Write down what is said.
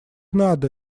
надо